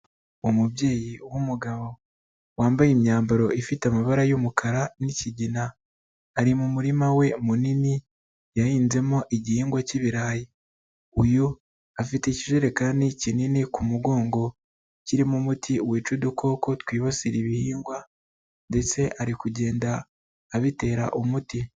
Umubyeyi w'umugabo, wambaye imyambaro ifite amabara y'umukara n'ikigina, ari mu murima we munini, yahinzemo igihingwa cy'ibirayi. Uyu afite ikijerekani kinini ku mugongo, kirimo umuti wica udukoko twibasira ibihingwa ndetse ari kugenda abitera umuti.